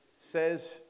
says